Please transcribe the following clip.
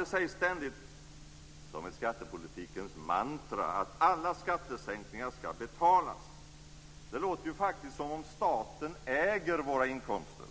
Det sägs ständigt, som ett skattepolitikens mantra, att alla skattesänkningar skall betalas. Det låter ju faktiskt som om staten äger våra inkomster.